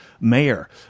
mayor